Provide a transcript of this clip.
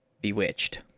Bewitched